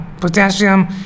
potassium